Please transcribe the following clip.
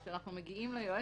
כשאנחנו מגיעים ליועץ,